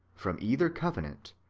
from either covenant,